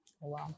Wow